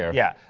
yeah.